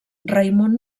raimon